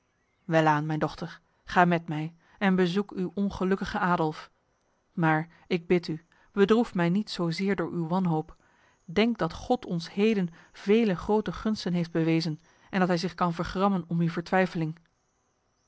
welaan mijn dochter ga met mij en bezoek uw ongelukkige adolf maar ik bid u bedroef mij niet zozeer door uw wanhoop denk dat god ons heden vele grote gunsten heeft bewezen en dat hij zich kan vergrammen om uw